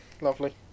Lovely